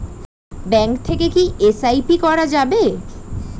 Bank থেকে কী SIP করা যাবে?